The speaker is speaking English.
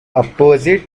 opposite